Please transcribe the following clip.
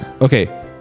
Okay